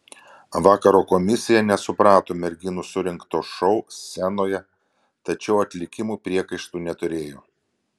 vakaro komisija nesuprato merginų surengto šou scenoje tačiau atlikimui priekaištų neturėjo